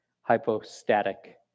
Hypostatic